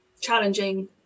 challenging